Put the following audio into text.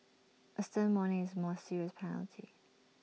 A stern warning is more serious penalty